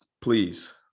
Please